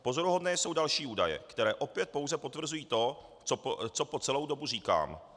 Pozoruhodné jsou další údaje, které opět pouze potvrzují to, co po celou dobu říkám.